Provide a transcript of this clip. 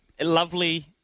lovely